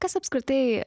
kas apskritai